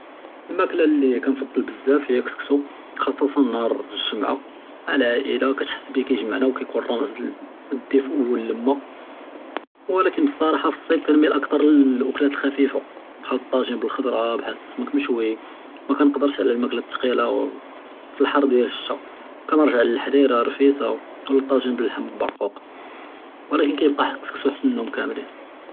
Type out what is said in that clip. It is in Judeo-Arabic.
אֶלְמַאקְלַה לִי כַּאנְפַדַּל בְּזַאף הִיַּא אֶלְקְּסְקּוּסוּ, חַסָּאסַאן נְהַאר אֶלְגֻּמְעַה מַעַ אֶלְעַאִלָה, כַּתְחִס בִּיּוּ כַּיִגְמְעְנָא וְכַיִכּוּן רַמְז לֶדְּפַא וְאֶלְלִּמָּה, וְלָקִין בְּصְרָחָה פִי אֶלְصִيف כַּאנְנְמִיל אֶכְתַר לֶאֻקלַאת אֶלְחַפִيفָה בְּחַל אֶלְטַּאג'ין בֶּלְחֻדְרַא בְּחַל אֶלְסּَمַك מְשׁוּי, מַכַּנְקְדַרְש עַלַא אֶלְמַאקְלַה אֶלְתְּקִילָה וּפִי אֶלְחַאר דִּיַאל אֶלְשִּׁטָּא כַּאנְרַגַע לֶאֶלְחַרִירָה, אֶלְרְפִיסָה אוֹ טַאג'ין בֶּלְלַחְם אֶלְבַּרְקוּק, וְלָקִין כִּيبְקִי ḥַקּ אֶלְקְּסְקּוּסוּ חַיֶּר מִנְהּוּם כָּמְלִין.